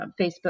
Facebook